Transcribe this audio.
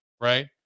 right